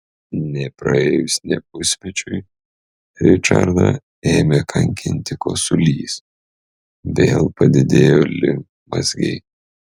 nepraėjus nė pusmečiui ričardą ėmė kankinti kosulys vėl padidėjo limfmazgiai